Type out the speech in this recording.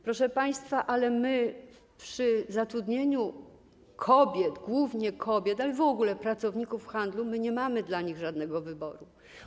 Proszę państwa, ale my przy zatrudnieniu kobiet, głównie kobiet, ale w ogóle pracowników handlu, nie mamy dla nich żadnego wyboru.